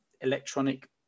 electronic